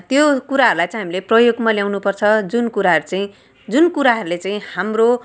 त्यो कुराहरूलाई चाहिँ हामीले प्रयोगमा ल्याउनु पर्छ जुन कुराहरू चाहिँ जुन कुराहरूले चाहिँ हाम्रो